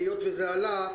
היות שזה עלה,